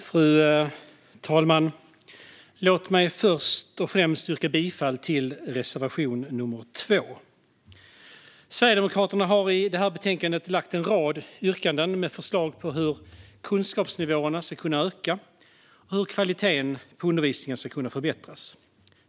Fru talman! Låt mig först och främst yrka bifall till reservation nummer 2. Sverigedemokraterna har i detta betänkande en rad yrkanden med förslag om hur kunskapsnivåerna ska kunna öka och hur kvaliteten på undervisningen ska kunna förbättras.